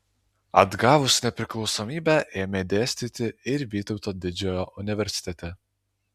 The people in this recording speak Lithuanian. atgavus nepriklausomybę ėmė dėstyti ir vytauto didžiojo universitete